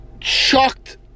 chucked